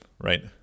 right